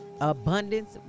abundance